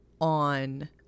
on